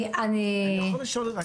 אני יכול לשאול רק,